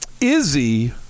Izzy